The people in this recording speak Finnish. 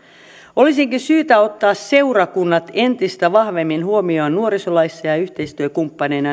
olisikin syytä ottaa seurakunnat entistä vahvemmin huomioon nuorisolaissa ja yhteistyökumppaneina